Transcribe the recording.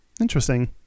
Interesting